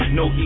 no